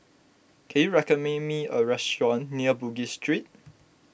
can you recommend me a restaurant near Bugis Street